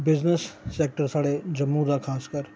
business sector साढ़े जम्मू दा खासकर